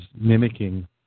mimicking